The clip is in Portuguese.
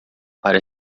para